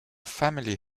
family